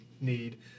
need